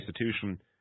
institution